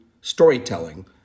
storytelling